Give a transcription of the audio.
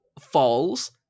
falls